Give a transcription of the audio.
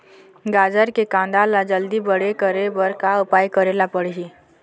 गाजर के कांदा ला जल्दी बड़े करे बर का उपाय करेला पढ़िही?